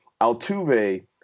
Altuve